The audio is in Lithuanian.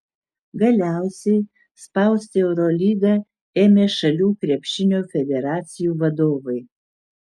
galiausiai spausti eurolygą ėmė šalių krepšinio federacijų vadovai